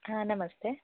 ಹಾಂ ನಮಸ್ತೆ